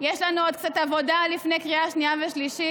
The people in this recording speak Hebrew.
יש לנו עוד קצת עבודה לפני קריאה שנייה ושלישית,